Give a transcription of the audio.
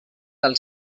del